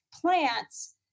plants